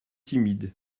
timide